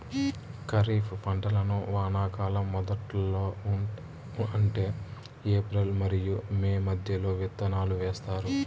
ఖరీఫ్ పంటలను వానాకాలం మొదట్లో అంటే ఏప్రిల్ మరియు మే మధ్యలో విత్తనాలు వేస్తారు